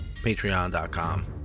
patreon.com